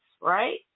right